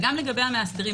וגם לגבי המאסדרים.